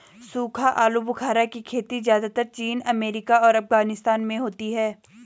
सूखा आलूबुखारा की खेती ज़्यादातर चीन अमेरिका और अफगानिस्तान में होती है